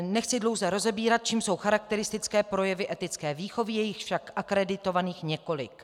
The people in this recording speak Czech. Nechci dlouze rozebírat, čím jsou charakteristické projevy etické výchovy, je jich však akreditovaných několik.